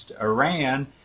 Iran